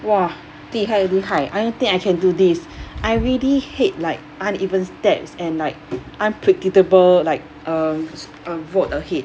!wah! 厉害厉害 I don't think I can do this I really hate like uneven steps and like unpredictable like um uh road ahead